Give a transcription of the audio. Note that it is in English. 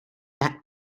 back